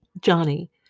Johnny